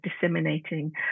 disseminating